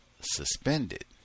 suspended